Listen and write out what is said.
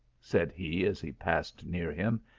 said he, as he passed near him,